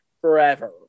forever